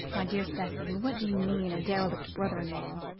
my dear cicely, what do you mean a derelict brother-in-law?